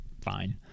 fine